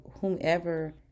whomever